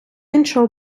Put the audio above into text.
іншого